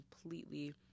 completely